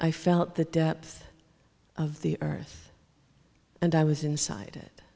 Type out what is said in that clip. i felt the depth of the earth and i was inside